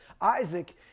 Isaac